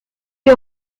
que